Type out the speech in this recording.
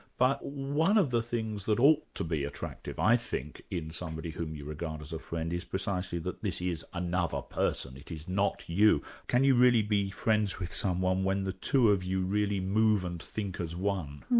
but one of the things that ought to be attractive i think in somebody whom you regard as a friend is precisely that this is another person, it is not you. can you really be friends with someone when the two of you really move and think as one?